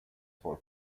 for